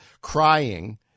crying